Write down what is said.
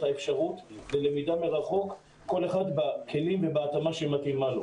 האפשרות ללמידה מרחוק כל אחד עם הכלים וההתאמה שמתאימה לו.